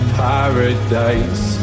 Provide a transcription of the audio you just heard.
paradise